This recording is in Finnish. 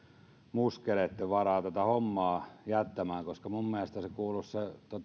muskeleitten varaan tätä hommaa jättämään koska minun mielestäni tämä homma kuuluisi